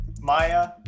Maya